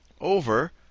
over